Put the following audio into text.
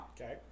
Okay